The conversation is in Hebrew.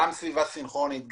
גם סביבה סינכרונית,